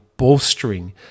bolstering